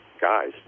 guys